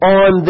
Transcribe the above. on